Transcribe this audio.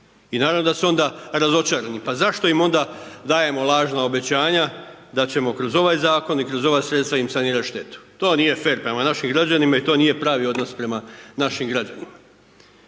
I naravno da su onda razočarani. Pa zašto im onda dajemo lažna obećanja da ćemo kroz ovaj zakon i kroz ova sredstva im sanirati štetu? To nije fer prema našim građanima i to nije pravi odnos prema našim građanima.